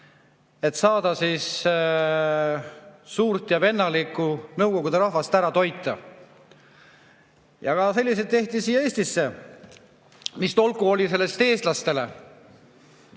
selleks et suurt ja vennalikku nõukogude rahvast ära toita. Ja selliseid tehti ka siia Eestisse. Mis tolku oli sellest eestlastele?